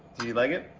you like it?